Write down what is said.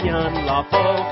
unlawful